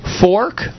Fork